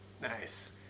Nice